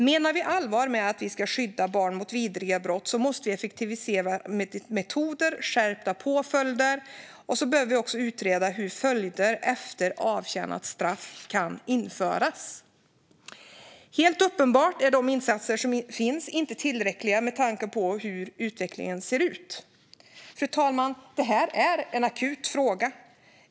Menar vi allvar med att skydda barn mot vidriga brott måste vi effektivisera metoder, skärpa påföljder och utreda hur följder efter avtjänat straff kan införas. Helt uppenbart är de insatser som finns inte tillräckliga med tanke på hur utvecklingen ser ut. Det här är en akut fråga, fru talman.